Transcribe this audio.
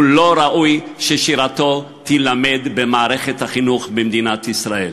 הוא לא ראוי ששירתו תילמד במערכת החינוך במדינת ישראל.